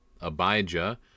Abijah